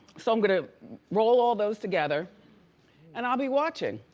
so, i'm gonna roll all those together and i'll be watching.